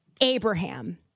Abraham